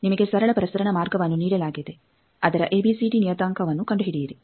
ನಿಮಗೆ ಸರಳ ಪ್ರಸರಣ ಮಾರ್ಗವನ್ನು ನೀಡಲಾಗಿದೆ ಅದರ ಎಬಿಸಿಡಿ ನಿಯತಾಂಕವನ್ನು ಕಂಡುಹಿಡಿಯಿರಿ